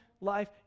life